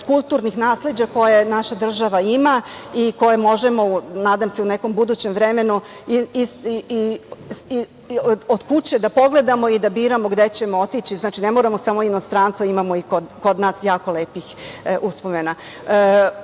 kulturnih nasleđa koje naša država ima i koje možemo, nadam se, u nekom budućem vremenu od kuće da pogledamo i da biramo gde ćemo otići. Znači, ne moramo samo u inostranstvo, imamo i kod nas jako lepih uspomena. Ispred